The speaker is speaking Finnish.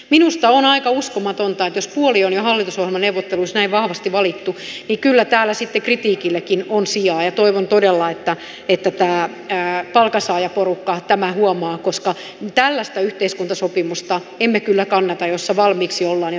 minusta on aika uskomatonta jos puoli on jo hallitusohjelmaneuvotteluissa näin vahvasti valittu ja kyllä täällä sitten kritiikillekin on sijaa ja toivon todella että tämä palkansaajaporukka tämän huomaa koska tällaista yhteiskuntasopimusta emme kyllä kannata jossa valmiiksi ollaan jo toisen puolella